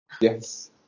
Yes